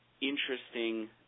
interesting